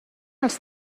els